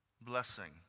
blessing